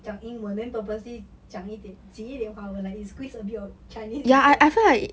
讲英文 then purposely 讲一点挤一点华文 like squeeze a bit of chinese inside